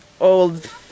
old